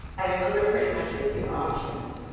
i mean, those are pretty much your two options.